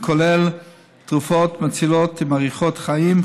וכולל תרופות מצילות ומאריכות חיים,